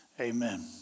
Amen